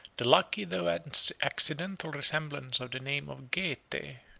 the lucky though accidental resemblance of the name of getae,